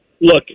Look